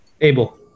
Abel